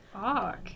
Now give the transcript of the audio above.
Fuck